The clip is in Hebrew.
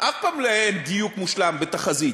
אף פעם אין דיוק מושלם בתחזית.